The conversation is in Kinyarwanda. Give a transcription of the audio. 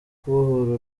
kwibohora